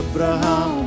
Abraham